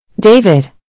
David